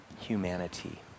humanity